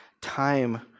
time